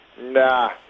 Nah